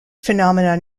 phenomenon